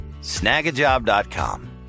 Snagajob.com